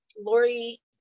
Lori